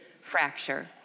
fracture